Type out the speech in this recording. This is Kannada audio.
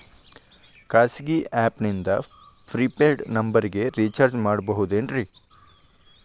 ಖಾಸಗಿ ಆ್ಯಪ್ ನಿಂದ ಫ್ರೇ ಪೇಯ್ಡ್ ನಂಬರಿಗ ರೇಚಾರ್ಜ್ ಮಾಡಬಹುದೇನ್ರಿ?